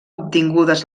obtingudes